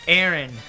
Aaron